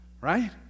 right